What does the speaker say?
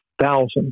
thousands